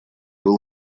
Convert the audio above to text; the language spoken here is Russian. был